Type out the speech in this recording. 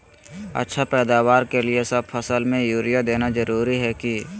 अच्छा पैदावार के लिए सब फसल में यूरिया देना जरुरी है की?